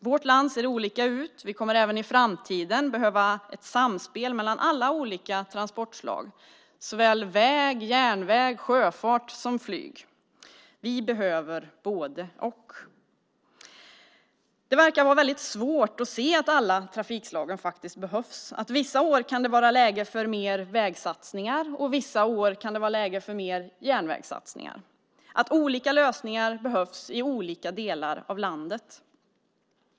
Vårt land ser olika ut, och vi kommer även i framtiden att behöva ett samspel mellan alla olika transportslag, såväl väg och järnväg som sjöfart och flyg. Vi behöver både-och. Det verkar vara svårt att se att alla trafikslagen behövs, att det vissa år kan vara läge för mer vägsatsningar och andra år läge för mer järnvägssatsningar, att olika lösningar behövs i olika delar av landet.